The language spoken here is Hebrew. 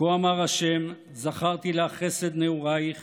כה אמר השם זכרתי לך חסד נעוריך